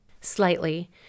slightly